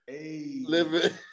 living